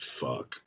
Fuck